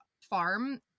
farm